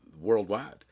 worldwide